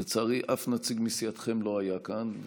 לצערי אף נציג מסיעתכם לא היה כאן,